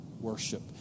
worship